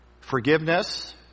Forgiveness